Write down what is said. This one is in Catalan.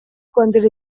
quantes